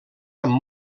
amb